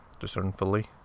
discernfully